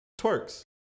twerks